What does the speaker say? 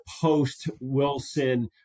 post-Wilson